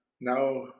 now